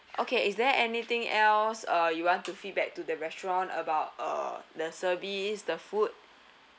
okay is there anything else uh you want to feedback to the restaurant about uh the service the food